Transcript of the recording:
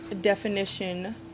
definition